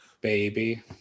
Baby